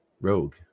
Rogue